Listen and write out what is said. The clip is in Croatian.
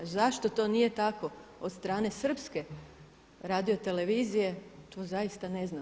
Zašto to nije tako od strane Srpske radiotelevizije to zaista ne znam.